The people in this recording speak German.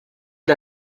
der